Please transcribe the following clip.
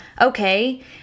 okay